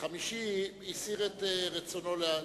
החמישי ויתר על זכות הדיבור,